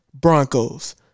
Broncos